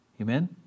Amen